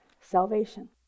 salvation